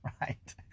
right